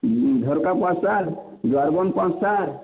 ଝରକା ପାଞ୍ଚ୍ ଟା ଦୁଆର୍ ବନ୍ଧ୍ ପାଞ୍ଚ୍ ଟା